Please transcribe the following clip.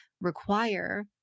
require